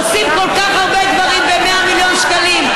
עושים כל כך הרבה דברים ב-100 מיליון שקלים,